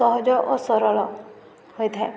ସହଜ ଓ ସରଳ ହୋଇଥାଏ